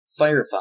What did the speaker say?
Firefox